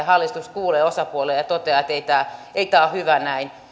hallitus kuulee osapuolia ja toteaa että ei tämä ole hyvä näin